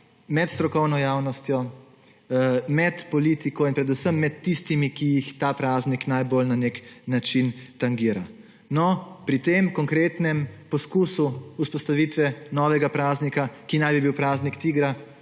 med strokovno javnostjo, med politiko in predvsem med tistimi, ki jih ta praznik na nek način najbolj tangira. Pri tem konkretnem poskusu vzpostavitve novega praznika, ki naj bi bil praznik TIGR-a,